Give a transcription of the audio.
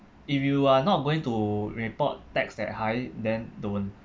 if you are not going to report tax that high then don't